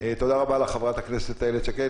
תודה רבה לחברת הכנסת איילת שקד.